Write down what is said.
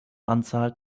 anzahl